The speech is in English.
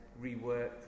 reworked